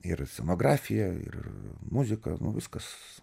ir scenografija ir muzika viskas